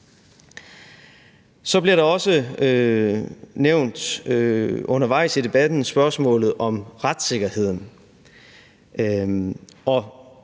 Så er der også undervejs i debatten nævnt spørgsmålet om retssikkerheden.